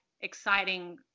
exciting